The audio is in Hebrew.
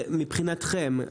מבחינתכם,